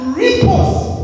ripples